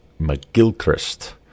McGilchrist